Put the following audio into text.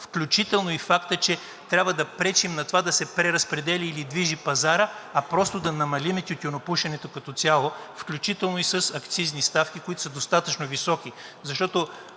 включително и факта, че трябва да пречим на това да се преразпределя или движи пазарът, а просто да намалим тютюнопушенето като цяло, включително и с акцизни ставки, които са достатъчно високи,